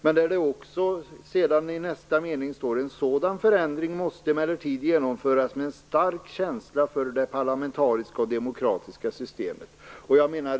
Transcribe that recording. Men i nästa mening står det: "En sådan förändring måste emellertid genomföras med en stark känsla för det parlamentariska och demokratiska systemet."